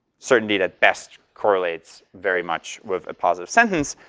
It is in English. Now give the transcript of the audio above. certainty that best correlates very much with a positive sentence.